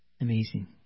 Amazing